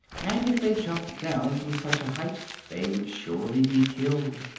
and if they jumped down from such a height they would surely be killed.